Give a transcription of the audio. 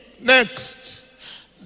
next